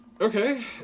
Okay